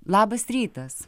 labas rytas